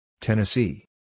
Tennessee